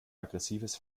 aggressives